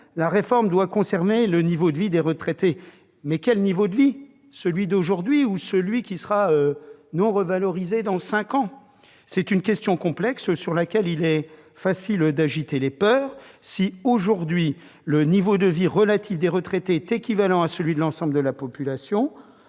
la réforme doit conserver le niveau de vie des retraités. Mais de quel niveau de vie parle-t-on ? Celui d'aujourd'hui ou celui, dans cinq ans, qui sera non revalorisé. C'est une question complexe sur laquelle il est facile d'agiter les peurs. Si, aujourd'hui, le niveau de vie relatif des retraités est équivalent à celui de l'ensemble de la population,